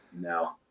No